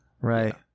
Right